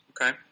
Okay